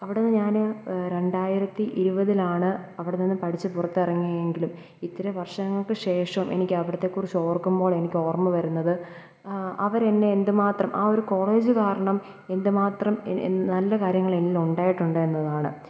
അവിടെ ഞാൻ രണ്ടായിരത്തി ഇരുപതിലാണ് അവിടെ നിന്ന് നിന്ന് പഠിച്ച് പുറത്തിറങ്ങിയെങ്കിലും ഇത്ര വർഷങ്ങൾക്കു ശേഷം എനിക്കവിടുത്തേ കുറിച്ചോർക്കുമ്പോളെനിക്കോർമ്മ വരുന്നത് അവരെന്നെ എന്തു മാത്രം ആ ഒരു കോളേജ് കാരണം എന്തു മാത്രം നല്ല കാര്യങ്ങൾ എന്നിലുണ്ടായിട്ടുണ്ട് എന്നതാണ്